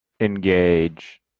engage